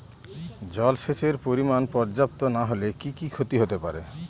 জলসেচের পরিমাণ পর্যাপ্ত না হলে কি কি ক্ষতি হতে পারে?